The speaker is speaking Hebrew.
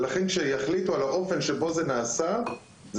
ולכן כשיחליטו על האופן שבו זה נעשה זה